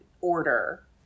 order